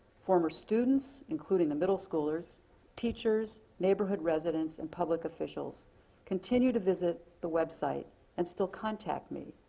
former students including the middle schoolers teachers, neighborhood residents, and public officials continue to visit the website and still contact me.